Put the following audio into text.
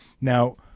Now